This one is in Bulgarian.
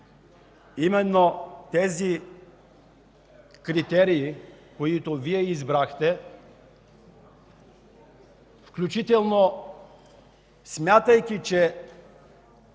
Именно тези критерии, които Вие избрахте, включително и смятайки, че